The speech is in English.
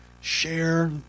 Share